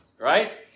right